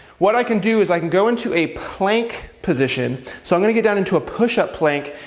what i can do is, i can go into a plank position. so i'm gonna get down into a push-up plank,